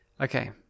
Okay